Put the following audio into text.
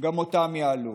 גם אותם יעלו.